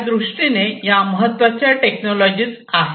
त्यादृष्टीने या महत्त्वाच्या टेक्नॉलॉजी आहे